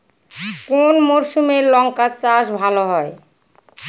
কোন মরশুমে লঙ্কা চাষ ভালো হয়?